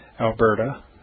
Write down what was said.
Alberta